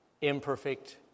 imperfect